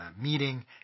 meeting